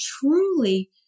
truly